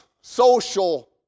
social